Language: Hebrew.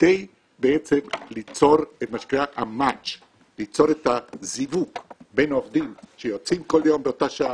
כדי ליצור מה שנקרא את הזיווג בין עובדים שיוצאים כל יום באותה שעה,